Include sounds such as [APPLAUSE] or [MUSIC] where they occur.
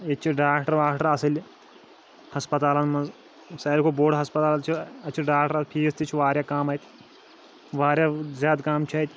ییٚتہِ چھِ ڈاکٹر واکٹر اَصٕل ہَسپَتالَن منٛز ساروی کھۄتہٕ بوٚڈ ہَسپَتال چھُ اَتہِ چھِ ڈاکٹر [UNINTELLIGIBLE] فیٖس تہِ چھِ واریاہ کَم اَتہِ واریاہ زیادٕ کَم چھِ اَتہِ